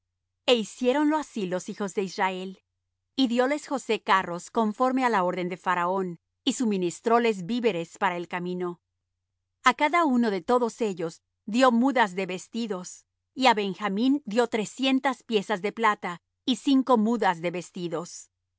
e hiciéronlo así los hijos de israel y dióles josé carros conforme á la orden de faraón y suministróles víveres para el camino a cada uno de todos ellos dió mudas de vestidos y á benjamín dió trescientas piezas de plata y cinco mudas de vestidos